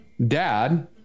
dad